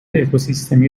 اکوسیستمی